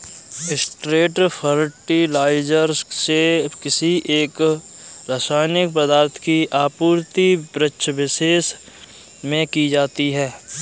straight fertilizer से किसी एक रसायनिक पदार्थ की आपूर्ति वृक्षविशेष में की जाती है